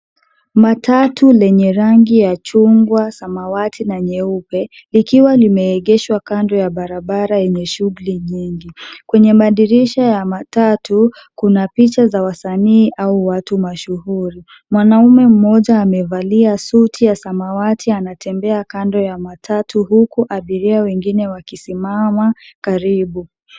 Matatu lenye rangi ya chungwa, samawati na nyeupe likiwa limeegeshwa kando ya barabara yenye shughuli nyingi. Kwenye madirisha ya matatu, kuna picha za wasanii au watu mashuhuri. Mwanaume mmoja amevalia sutya samawati anatembea kando ya matatu huku abiria wengine wakisimama karibu.